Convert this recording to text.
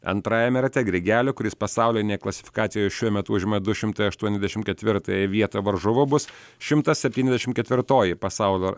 antrajame rate grigelio kuris pasaulinėj klasifikacijoj šiuo metu užima du šimtai aštuoniasdešimt ketvirtąją vietą varžovu bus šimtas septyniasdešimt ketvirtoji pasaulo